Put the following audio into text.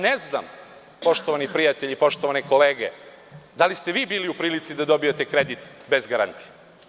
Ne znam, poštovani prijatelji, poštovane kolege, da li ste vi bili u prilici da dobijete kredit bez garancije?